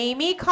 Amy